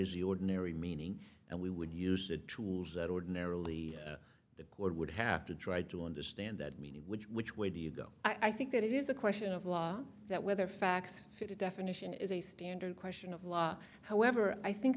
is the ordinary meaning and we would use the tools that ordinarily the court would have to try to understand that meaning which which way do you go i think that it is a question of law that whether facts fit a definition is a standard question of law however i think